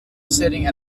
sitting